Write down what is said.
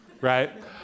right